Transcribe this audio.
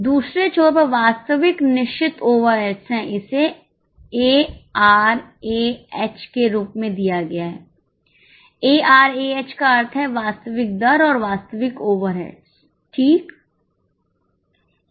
दूसरे छोर पर वास्तविक निश्चित ओवरहेड्स हैं इसे एआरएएच के रूप में दिया गया है एआरएएच का अर्थ है वास्तविक दर और वास्तविक ओवरहेड्स ठीक